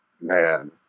man